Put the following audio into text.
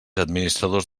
administradors